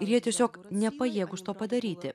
ir jie tiesiog nepajėgūs to padaryti